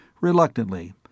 reluctantly